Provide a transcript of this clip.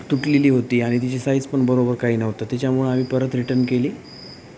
तुटलेली होती आ आणि तिची साईजपण बरोबर काही नव्हतं त्याच्यामुळे आम्ही परत रिटर्न केली